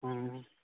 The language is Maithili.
ह्म्म